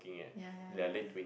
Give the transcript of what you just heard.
ya ya ya